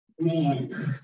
man